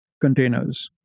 containers